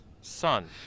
son